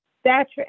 stature